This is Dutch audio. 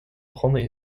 begonnen